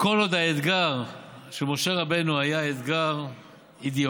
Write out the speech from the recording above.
כל עוד האתגר של משה רבנו היה אתגר אידיאולוגי,